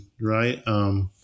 right